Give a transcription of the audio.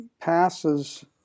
passes